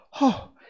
Oh